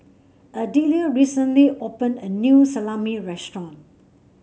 Adelia recently opened a new Salami restaurant